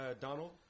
Donald